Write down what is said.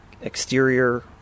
exterior